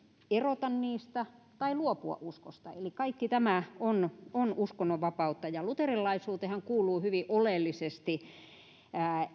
erota niistä tai luopua uskosta eli kaikki tämä on on uskonnonvapautta ja luterilaisuuteenhan kuuluu hyvin oleellisesti